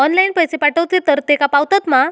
Online पैसे पाठवचे तर तेका पावतत मा?